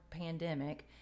pandemic